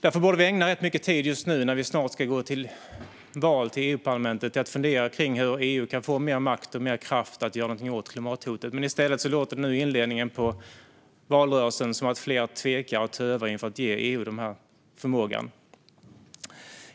Nu när vi snart ska gå till val till Europaparlamentet borde vi därför ägna rätt mycket tid åt att fundera kring hur EU kan få mer makt och mer kraft att göra någonting åt klimathotet. Men i stället låter det nu i inledningen på valrörelsen som att fler tvekar och tövar inför att ge EU den här förmågan.